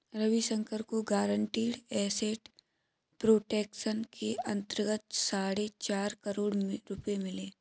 रविशंकर को guaranteed asset protection के अंतर्गत साढ़े चार करोड़ रुपये मिले